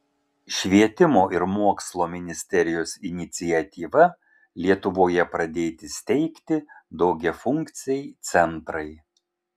švietimo ir mokslo ministerijos iniciatyva lietuvoje pradėti steigti daugiafunkciai centrai